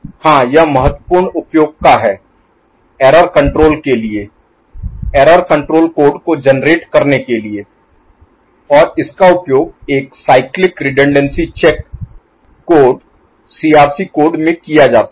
हाँ यह महत्वपूर्ण उपयोग का है एरर कण्ट्रोल के लिए एरर कण्ट्रोल कोड को जेनेरेट करने के लिए और इसका उपयोग एक cyclic redundancy check code CRC code में किया जाता है